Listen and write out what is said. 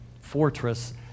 fortress